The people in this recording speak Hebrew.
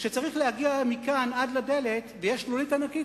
וכשצריך להגיע מכאן ועד לדלת ויש שלולית ענקית,